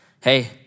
Hey